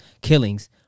killings